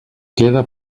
queda